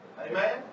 amen